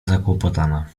zakłopotana